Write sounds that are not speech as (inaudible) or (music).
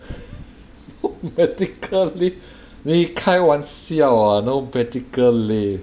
(laughs) no medical leave 你开玩笑 ah no medical leave